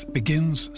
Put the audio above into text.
begins